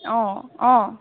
অঁ অঁ